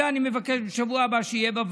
אני מבקש שזה יהיה בשבוע הבא בוועדה.